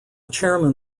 chairman